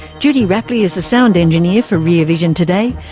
judy rapley is the sound engineer for rear vision today.